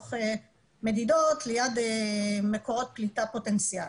לערוך מדידות ליד מקורות פליטה פוטנציאליות.